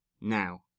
Now